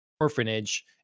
orphanage